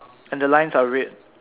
and the lines are red